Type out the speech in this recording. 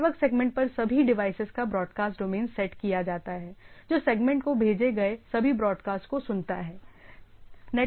network segment पर सभी devices का ब्रॉडकास्ट डोमेन सेट किया जाता है जो सेगमेंट को भेजे गए सभी ब्रॉडकास्ट को सुनता है